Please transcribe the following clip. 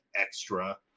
extra